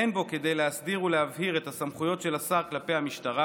אין בו כדי להסדיר ולהבהיר ואת הסמכויות של השר כלפי המשטרה